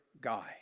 guy